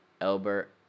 Albert